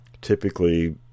typically